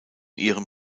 ihrem